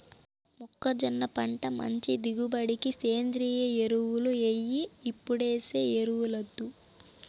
మొక్కజొన్న పంట మంచి దిగుబడికి సేంద్రియ ఎరువులు ఎయ్యి ఎప్పుడేసే ఎరువులొద్దు